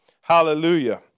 Hallelujah